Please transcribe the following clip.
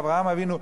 באברהם אבינו,